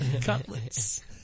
cutlets